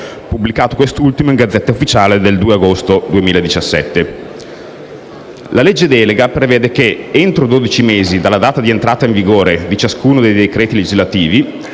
pubblicato nella *Gazzetta Ufficiale* del 2 agosto 2017). La legge delega prevede che entro dodici mesi dalla data di entrata in vigore di ciascuno dei decreti legislativi,